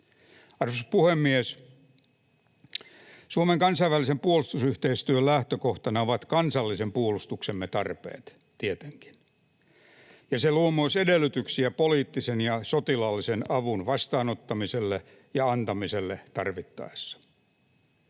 Arvoisa puhemies! Suomen kansainvälisen puolustusyhteistyön lähtökohtana ovat kansallisen puolustuksemme tarpeet, tietenkin, ja se luo myös edellytyksiä poliittisen ja sotilaallisen avun vastaanottamiselle ja antamiselle tarvittaessa.